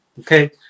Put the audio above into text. Okay